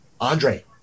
Andre